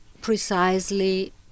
precisely